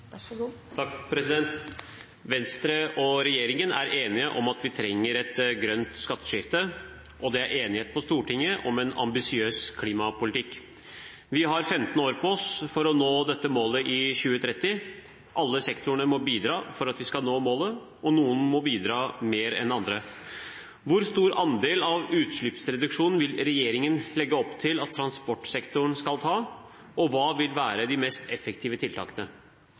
enighet på Stortinget om en ambisiøs klimapolitikk. Vi har 15 år på oss for å nå dette målet i 2030. Alle sektorene må bidra for at vi skal nå målet, og noen må bidra mer enn andre. Hvor stor andel av utslippsreduksjonen vil regjeringen legge opp til at transportsektoren skal ta, og hva vil være de mest effektive tiltakene?»